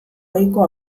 ohiko